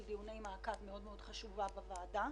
דיוני מעקב מאוד מאוד חשובה בוועדה.